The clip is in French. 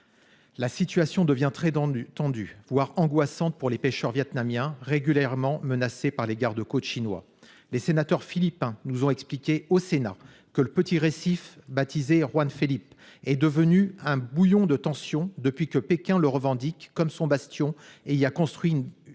La situation devient très tendue, voire angoissante pour les pêcheurs vietnamiens, régulièrement menacés par les garde-côtes chinois. Les sénateurs philippins nous ont expliqué au Sénat que le petit récif philippin baptisé « Julian Felipe » est devenu un bouillon de tensions, depuis que Pékin le revendique comme son bastion et y a construit des